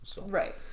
Right